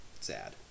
sad